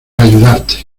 ayudarte